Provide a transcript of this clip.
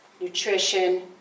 nutrition